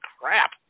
crap